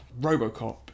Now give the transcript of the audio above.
Robocop